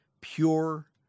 pure